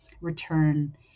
return